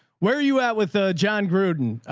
where are you at with ah jon gruden?